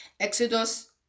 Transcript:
Exodus